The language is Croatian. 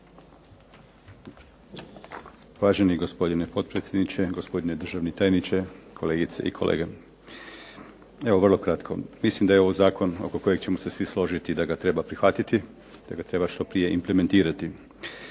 Uvaženi gospodine potpredsjedniče, gospodine državni tajniče, kolegice i kolege. Evo, vrlo kratko. Mislim da je ovo zakon oko kojeg ćemo se svi složiti da ga treba prihvatiti, da ga treba što prije implementirati.